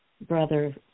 brother